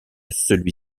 celui